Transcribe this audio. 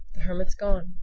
the hermit's gone.